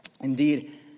Indeed